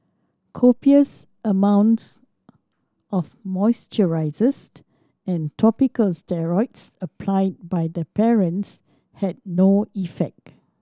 copious amounts of moisturisers and topical steroids applied by the parents had no effect